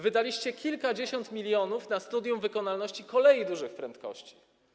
Wydaliście kilkadziesiąt milionów na studium wykonalności kolei dużych prędkości.